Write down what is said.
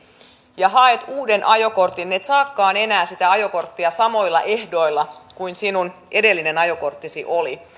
ja haet uuden ajokortin et saakaan enää sitä ajokorttia samoilla ehdoilla kuin millä sinun edellinen ajokorttisi oli